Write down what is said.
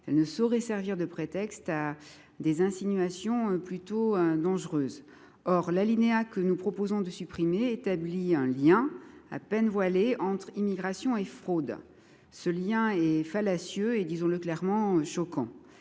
elle ne saurait servir de prétexte à des insinuations plutôt dangereuses. L’alinéa 15 que nous proposons de supprimer établit un lien à peine voilé entre immigration et fraude. Ce lien est fallacieux et – disons le clairement – choquant.